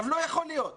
ולא יכול להיות